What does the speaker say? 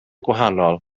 gwahanol